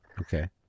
Okay